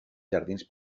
jardins